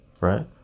right